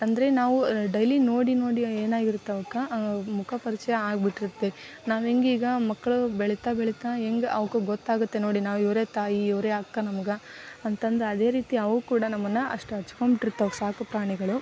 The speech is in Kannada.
ಅಂದರೆ ನಾವು ಡೈಲಿ ನೋಡಿ ನೋಡಿ ಏನಾಗಿರ್ತಾವಕ್ಕೆ ಮುಖ ಪರಿಚಯ ಆಗ್ಬಿಟ್ಟಿರತ್ತೆ ನಾವೇಗೆ ಈಗ ಮಕ್ಕಳು ಬೆಳಿತಾ ಬೆಳಿತಾ ಹೆಂಗೆ ಅವ್ಕೆ ಗೊತ್ತಾಗುತ್ತೆ ನೋಡಿ ನಾವು ಇವರೇ ತಾಯಿ ಇವರೇ ಅಕ್ಕ ನಮ್ಗೆ ಅಂತಂದು ಅದೇ ರೀತಿ ಅವು ಕೂಡ ನಮ್ಮನ್ನು ಅಷ್ಟು ಹಚ್ಕೊಂಡು ಬಿಟ್ಟಿರ್ತವೆ ಸಾಕು ಪ್ರಾಣಿಗಳು